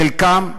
חלקם,